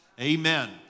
Amen